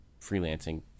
freelancing